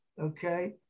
okay